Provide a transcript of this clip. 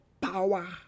Power